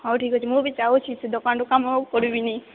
ହଉ ଠିକ୍ ଅଛି ମୁଁ ବି ଯାଉଛି ସେ ଦୋକାନରୁ କାମ ଆଉ କରିବିନି